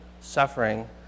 suffering